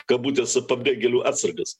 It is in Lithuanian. kabutėse pabėgėlių atsargas